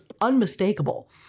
unmistakable